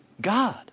God